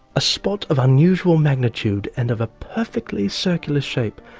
a spot of unusual magnitude and of a perfectly circular shape,